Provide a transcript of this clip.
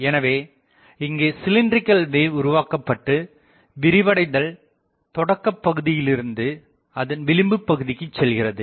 எனவே இங்கே சிலின்ரிகள் வேவ் உருவாக்கப்பட்டு விரிவடைதல் தொடக்கப் பகுதியிலிருந்து அதன் விளிம்புபகுதிக்குச் செல்கிறது